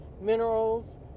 minerals